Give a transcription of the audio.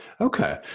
Okay